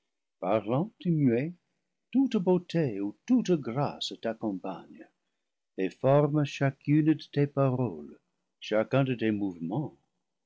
toute beauté ou toute grâce t'accompagnent et forment chacune de tes paroles cha cun de tes mouvements